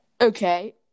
Okay